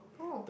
who